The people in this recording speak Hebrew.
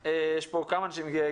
האוצר.